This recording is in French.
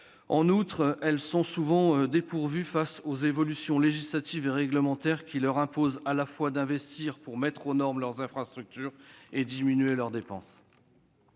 En outre, elles sont souvent dépourvues face aux évolutions législatives et réglementaires, qui leur imposent à la fois d'investir pour mettre aux normes leurs infrastructures et de diminuer leurs dépenses.